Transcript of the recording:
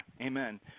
amen